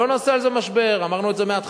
לא נעשה על זה משבר, אמרנו את זה מההתחלה.